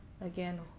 again